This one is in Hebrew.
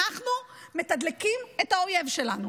אנחנו מתדלקים את האויב שלנו.